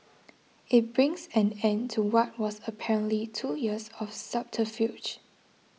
it brings an end to what was apparently two years of subterfuge